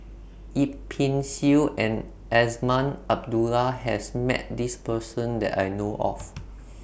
Yip Pin Xiu and Azman Abdullah has Met This Person that I know of